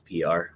pr